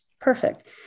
perfect